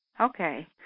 okay